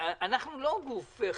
אנחנו לא גוף חיצוני,